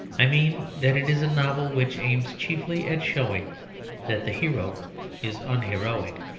i mean that it is a novel which aims chiefly at showing that the hero is unheroic.